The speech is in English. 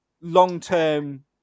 long-term